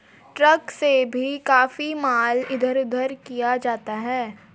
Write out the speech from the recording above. truck से भी काफी माल इधर उधर किया जाता है